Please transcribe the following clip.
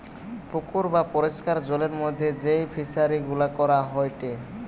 পুকুর বা পরিষ্কার জলের মধ্যে যেই ফিশারি গুলা করা হয়টে